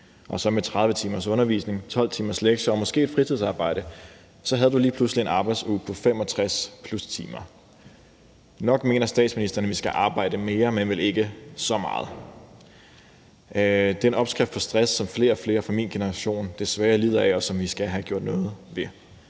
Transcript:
Og med 30 timers undervisning, 12 timers lektier og måske et fritidsarbejde, havde du lige pludselig en arbejdsuge på +65 timer. Nok mener statsministeren, vi skal arbejde mere, men vel ikke så meget? Det er en opskrift på den stress, som flere og flere fra min generation desværre lider af, og som vi skal have gjort noget ved.